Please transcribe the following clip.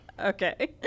Okay